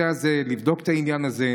לבדוק את העניין הזה,